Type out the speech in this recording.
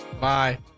Bye